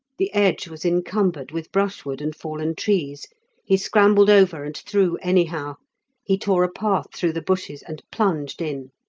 the edge was encumbered with brushwood and fallen trees he scrambled over and through anyhow he tore a path through the bushes and plunged in.